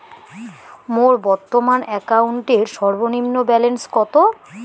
মোর বর্তমান অ্যাকাউন্টের সর্বনিম্ন ব্যালেন্স কত?